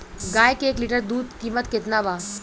गाय के एक लीटर दूध कीमत केतना बा?